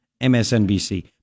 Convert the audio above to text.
MSNBC